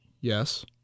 yes